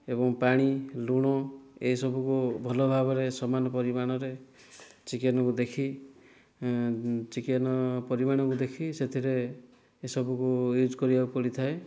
ଏବଂ ପାଣି ଲୁଣ ଏସବୁକୁ ଭଲ ଭାବରେ ସମାନ ପରିମାଣରେ ଚିକେନକୁ ଦେଖି ଚିକେନ୍ ପରିମାଣକୁ ଦେଖି ସେଥିରେ ଏସବୁକୁ ୟୁଜ୍ କରିବାକୁ ପଡ଼ିଥାଏ